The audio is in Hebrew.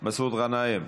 מסעוד גנאים,